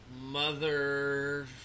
Mother